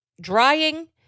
drying